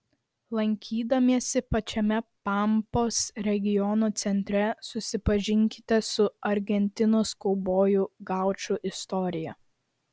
lankydamiesi pačiame pampos regiono centre susipažinkite su argentinos kaubojų gaučų istorija